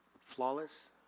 Flawless